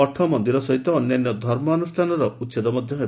ମଠ ମନ୍ଦିର ସହିତ ଅନ୍ୟାନ୍ୟ ଧର୍ମାନୁଷ୍ଠାନର ଉଛେଦ ହେବ